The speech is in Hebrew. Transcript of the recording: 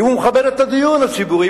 אם הוא מכבד את הדיון הציבורי,